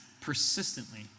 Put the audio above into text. persistently